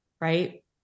right